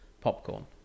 Popcorn